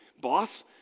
boss